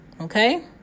okay